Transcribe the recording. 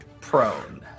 prone